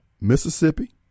Mississippi